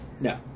No